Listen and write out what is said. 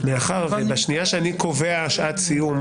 מאחר שבשנייה שאני קובע שעת סיום,